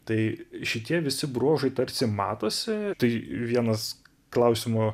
tai šitie visi bruožai tarsi matosi tai vienas klausimo